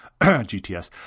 GTS